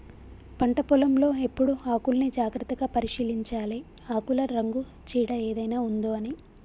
పంట పొలం లో ఎప్పుడు ఆకుల్ని జాగ్రత్తగా పరిశీలించాలె ఆకుల రంగు చీడ ఏదైనా ఉందొ అని